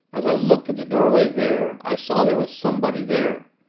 as i looked at the doorway there, i saw there was somebody there.